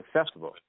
Accessible